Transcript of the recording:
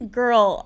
girl